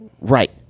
Right